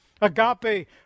Agape